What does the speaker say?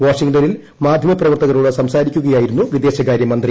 വാഷിംഗ്ടണിൽ മാധ്യമ പ്രവർത്തകരോട് സംസാരിക്കുകയായിരുന്നു വിദേശകാര്യമന്ത്രി